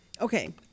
Okay